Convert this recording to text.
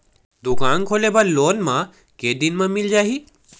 दुकान खोले बर लोन मा के दिन मा मिल जाही?